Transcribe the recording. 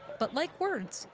but like words,